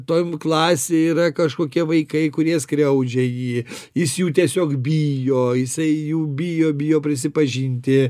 toj klasėj yra kažkokie vaikai kurie skriaudžia jį jis jų tiesiog bijo jisai jų bijo bijo prisipažinti